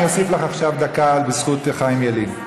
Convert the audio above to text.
אני אוסיף לך עכשיו דקה, בזכות חיים ילין.